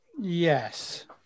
Yes